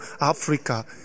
Africa